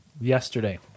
yesterday